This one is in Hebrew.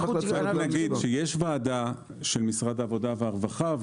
אני חייב להגיד שיש ועדה של משרד העבודה והרווחה,